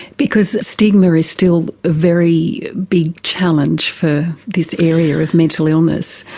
because stigma is still a very big challenge for this area of mental illness,